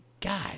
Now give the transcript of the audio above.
God